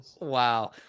wow